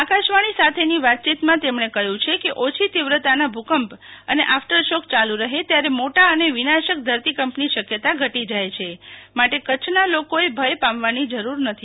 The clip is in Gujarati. આકાશવાણી સાથેની વાતચીત માં તેમણે કહ્યું છે કે ઓછી તીવ્રતા ના ભૂ કંપ અને આફ્ટરશૉક ચાલુ રહે ત્યારે મોટા અને વિનાશક ધરતીકંપની શક્યતા ઘટી જાય છે માટે કચ્છ ના લોકો એ ભય પામવા ની જરૂર નથી